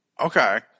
Okay